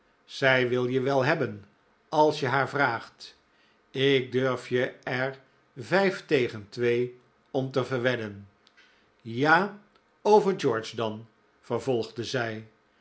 zij wil je wel hebben als je haar vraagt ik durf je er vijf tegen twee om te verwedden ja over george dan vervolgde hij